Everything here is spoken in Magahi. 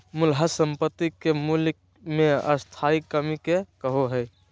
मूल्यह्रास संपाति के मूल्य मे स्थाई कमी के कहो हइ